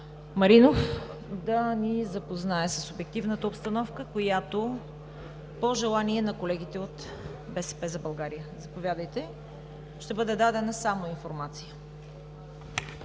Маринов да ни запознае с обективната обстановка, която е по желание на колегите от „БСП за България“. Ще бъде дадена само информация.